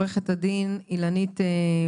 תראי,